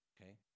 Okay